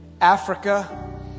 Africa